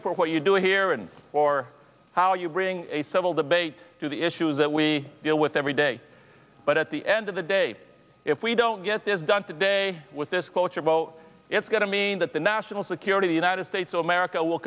you for what you do here and or how you bring a civil debate to the issues that we deal with every day but at the end of the day if we don't get this done today with this cloture vote it's going to mean that the national security the united states of america will